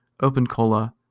opencola